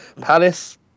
Palace